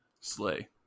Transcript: Slay